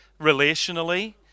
relationally